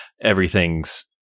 everything's